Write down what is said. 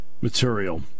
material